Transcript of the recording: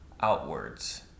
outwards